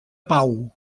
pau